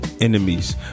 enemies